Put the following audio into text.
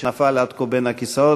שנפל עד כה בין הכיסאות.